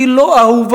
היא לא אהובה,